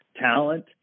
talent